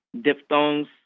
diphthongs